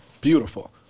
Beautiful